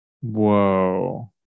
Whoa